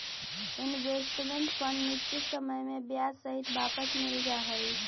investment fund निश्चित समय में ब्याज सहित वापस मिल जा हई